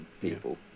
people